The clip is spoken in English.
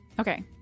Okay